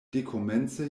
dekomence